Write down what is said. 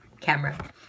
camera